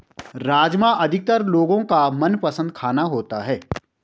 राजमा अधिकतर लोगो का मनपसंद खाना होता है